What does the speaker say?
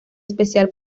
especial